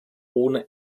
ohne